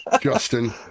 Justin